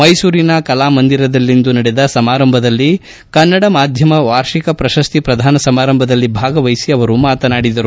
ಮೈಸೂರಿನ ಕಲಾ ಮಂದಿರದಲ್ಲಿಂದು ನಡೆದ ಸಮಾರಂಭದಲ್ಲಿ ಕನ್ನಡ ಮಾಧ್ಯಮ ವಾರ್ಷಿಕ ಪ್ರಶಸ್ತಿ ಪ್ರದಾನ ಸಮಾರಂಭದಲ್ಲಿ ಭಾಗವಹಿಸಿ ಮಾತನಾಡಿದರು